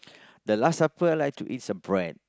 the last supper I like to eat some bread